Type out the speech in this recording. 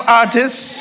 artists